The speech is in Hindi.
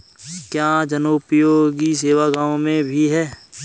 क्या जनोपयोगी सेवा गाँव में भी है?